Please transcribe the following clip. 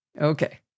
okay